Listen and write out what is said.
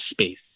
space